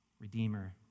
Redeemer